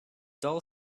dull